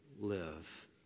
live